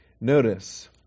Notice